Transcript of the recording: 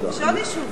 יש עוד יישובים.